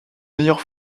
meilleurs